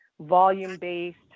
volume-based